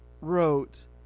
wrote